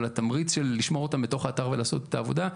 אבל התמריץ של לשמור אותם בתוך האתר ולעשות את העבודה,